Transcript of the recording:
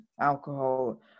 alcohol